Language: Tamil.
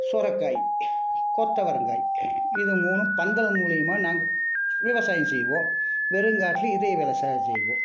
சுரக்காய் கொத்தவரங்காய் இது மூணும் பந்தல் மூலயமா நாங்கள் விவசாயம் செய்வோம் வெறுங்காட்டில இதே விவசாயம் செய்வோம்